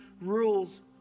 rules